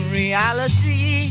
reality